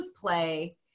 play